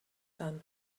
son